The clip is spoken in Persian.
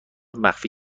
مخفی